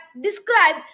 describe